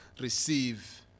receive